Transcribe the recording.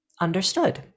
Understood